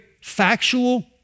factual